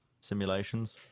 simulations